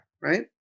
right